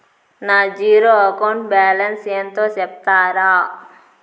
నా zero account balance ఎంతో సెప్తారా?